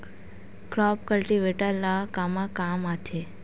Crop cultivator ला कमा काम आथे?